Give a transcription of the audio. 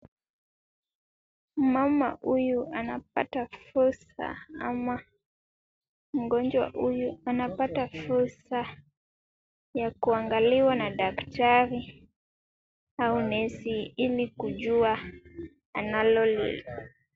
Mama huyu anapata fursa ama mngojwa huyu anapata fursa ya kuangaliwa na daktari au nesi ili kujua analoli .